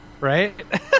Right